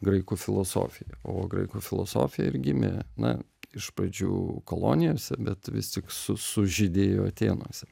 graikų filosofija o graikų filosofija ir gimė na iš pradžių kolonijose bet vis tik su sužydėjo atėnuose